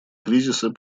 кризиса